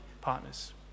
partners